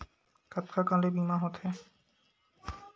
कतका कन ले बीमा होथे?